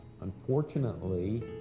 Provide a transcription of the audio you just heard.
unfortunately